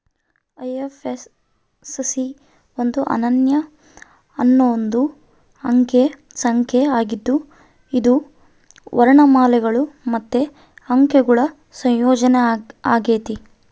IFSC ಒಂದು ಅನನ್ಯ ಹನ್ನೊಂದು ಅಂಕೆ ಸಂಖ್ಯೆ ಆಗಿದ್ದು ಅದು ವರ್ಣಮಾಲೆಗುಳು ಮತ್ತೆ ಅಂಕೆಗುಳ ಸಂಯೋಜನೆ ಆಗೆತೆ